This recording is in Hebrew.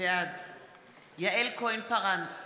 בעד יעל כהן-פארן,